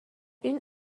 این